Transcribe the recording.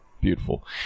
beautiful